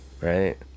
right